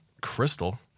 crystal